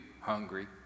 hungry